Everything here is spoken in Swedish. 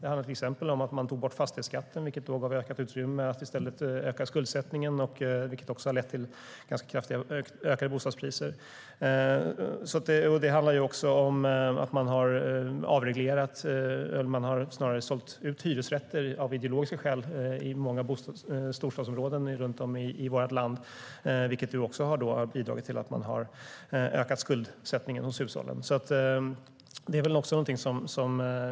Det handlar till exempel om att man tog bort fastighetsskatten, vilket gav ökat utrymme för att i stället öka skuldsättningen, som har lett till ganska kraftigt ökade bostadspriser. Det handlar också om att man har avreglerat eller snarare sålt ut hyresrätter av ideologiska skäl i många storstadsområden i vårt land. Det har också bidragit till att hushållens skuldsättning har ökat.